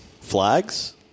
flags